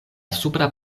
supra